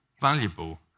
valuable